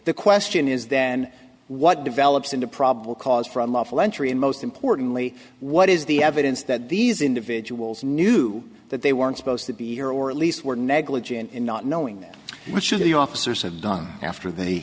the question is then what develops into probable cause for unlawful entry and most importantly what is the evidence that these individuals knew that they weren't supposed to be here or at least were negligent in not knowing which of the officers had gone after th